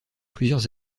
plusieurs